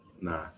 nah